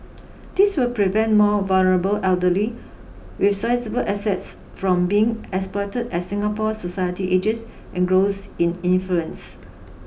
this will prevent more vulnerable elderly with sizeable assets from being exploited as Singapore society ages and grows in influence